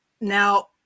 Now